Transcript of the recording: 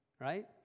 right